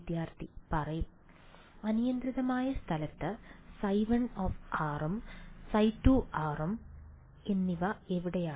വിദ്യാർത്ഥി പറയും അനിയന്ത്രിതമായ സ്ഥലത്ത് ϕ1 ഉം ϕ2 ഉം എന്നിവ എവിടെയാണ്